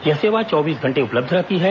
यह सेवा चौबीस घंटे उपलब्ध रहती है